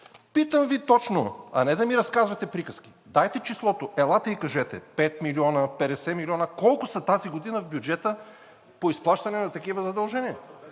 Питам Ви точно, а не да ми разказвате приказки. Дайте числото! Елате и кажете: пет милиона, 50 милиона! Колко са тази година в бюджета по изплащане на такива задължения,